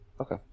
Okay